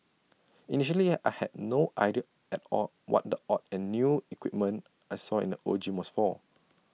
initially I had no idea at all what the odd and new equipment I saw in the old gym was for